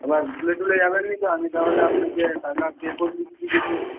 আবার ভুলে টুলে যাবেন না তো আমি তাহলে আপনাকে টাকা পে করে দিচ্ছি কিছু